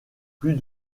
plus